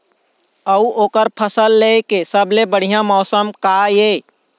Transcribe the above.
अऊ ओकर फसल लेय के सबसे बढ़िया मौसम का ये?